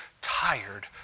tired